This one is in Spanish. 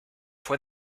fue